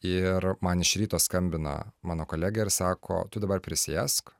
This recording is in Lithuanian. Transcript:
ir man iš ryto skambina mano kolegė ir sako tu dabar prisėsk